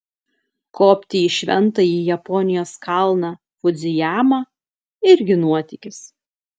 kopti į šventąjį japonijos kalną fudzijamą irgi nuotykis